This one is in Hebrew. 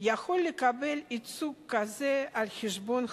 יכול לקבל ייצוג כזה על חשבון המדינה.